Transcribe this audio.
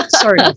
Sorry